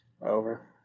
Over